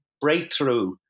breakthrough